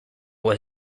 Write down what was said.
was